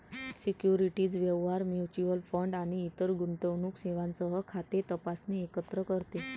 securities व्यवहार, mutual fund आणि इतर गुंतवणूक सेवांसह खाते तपासणे एकत्र करते